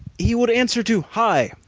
he would answer to hi!